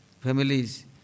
families